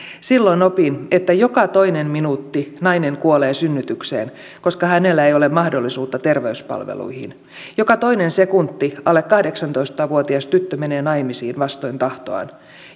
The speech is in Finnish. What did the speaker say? silloin opin että joka toinen minuutti nainen kuolee synnytykseen koska hänellä ei ole mahdollisuutta terveyspalveluihin joka toinen sekunti alle kahdeksantoista vuotias tyttö menee naimisiin vastoin tahtoaan